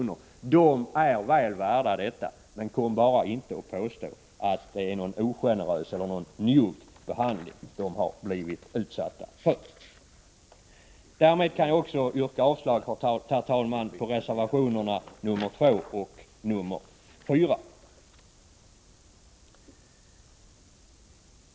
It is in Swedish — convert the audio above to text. Förbundet är väl värt detta, men kom bara inte och påstå att det är någon njugg behandling det har blivit utsatt för. Därmed kan jag också yrka avslag på reservationerna 2 och 4.